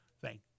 thank